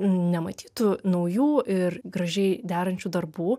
nematytų naujų ir gražiai derančių darbų